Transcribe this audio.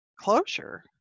closure